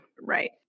Right